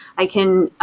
i can